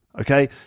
okay